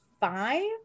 five